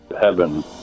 heaven